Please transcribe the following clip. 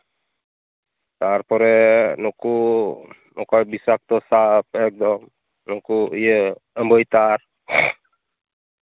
ᱛᱟᱨᱯᱚᱨᱮ ᱱᱩᱠᱩ ᱚᱱᱠᱟ ᱵᱤᱥᱟᱠᱛᱚ ᱥᱟᱯ ᱮᱠᱫᱚᱢ ᱱᱩᱠᱩ ᱤᱭᱟᱹ ᱟᱺᱵᱟᱹᱭ ᱛᱟᱨ